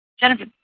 Jennifer